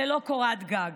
ללא קורת גג.